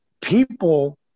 people